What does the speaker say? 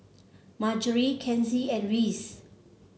Marjory Kenzie and Reece